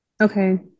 Okay